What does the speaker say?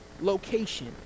location